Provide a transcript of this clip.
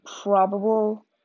probable